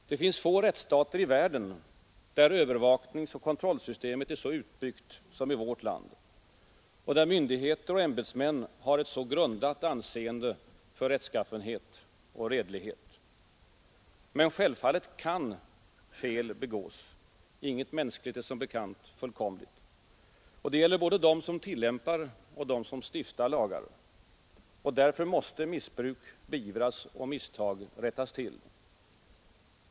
Det finns få rättsstater i världen, där övervakningsoch kontrollsystemet är så utbyggt som i vårt land och där myndigheter och ämbetsmän har ett så grundat anseende för rättskaffenhet och redlighet. Men självfallet kan fel begås. Inget mänskligt är som bekant fullkomligt. Det gäller både dem som tillämpar och dem som stiftar lagar. Därför måste missbruk beivras och misstag rättas till.